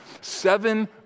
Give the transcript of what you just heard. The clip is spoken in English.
seven